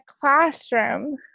classroom